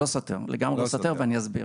לא סותר, ואני אסביר.